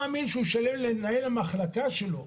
לעניין תעודת הכשר למצרך מיובא רגע,